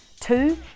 Two